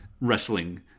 wrestling